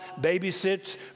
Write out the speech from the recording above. babysits